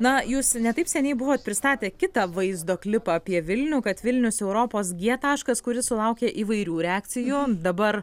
na jūs ne taip seniai buvot pristatę kitą vaizdo klipą apie vilnių kad vilnius europos g taškas kuris sulaukė įvairių reakcijų dabar